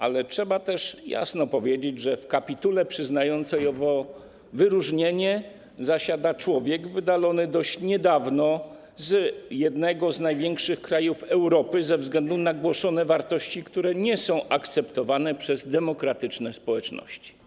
Ale trzeba też jasno powiedzieć, że w kapitule przyznającej owo wyróżnienie zasiada człowiek wydalony dość niedawno z jednego z największych krajów Europy ze względu na głoszone wartości, które nie są akceptowane przez demokratyczne społeczności.